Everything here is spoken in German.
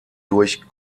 durch